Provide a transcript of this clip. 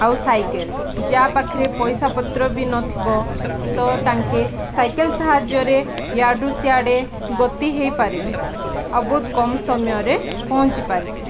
ଆଉ ସାଇକେଲ୍ ଯା ପାଖରେ ପଇସାପତ୍ର ବି ନଥିବ ତ ତାଙ୍କେ ସାଇକେଲ୍ ସାହାଯ୍ୟରେ ଇଆଡ଼ୁ ସିଆଡ଼େ ଗତି ହେଇପାରିବେ ଆଉ ବହୁତ କମ ସମୟରେ ପହଞ୍ଚିପାରିବେ